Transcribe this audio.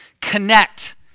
connect